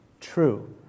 true